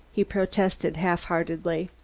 he protested half-heartedly.